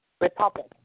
republic